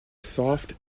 soft